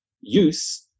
use